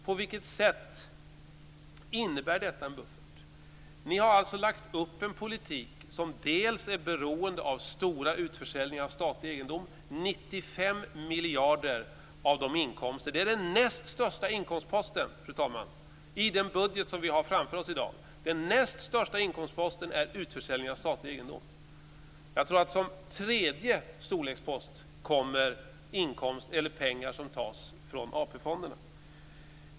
På vilket sätt innebär detta en buffert? Ni har alltså lagt upp en politik som är beroende av stora utförsäljningar av statlig egendom - 95 miljarder av inkomsterna. Det är den näst största inkomstposten, fru talman, i den budget som vi har framför oss i dag. Den näst största inkomstposten är utförsäljning av statlig egendom. Jag tror att som tredje storlekspost kommer pengar som tas från AP-fonderna.